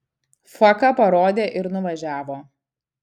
faką parodė ir nuvažiavo